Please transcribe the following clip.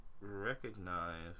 Recognize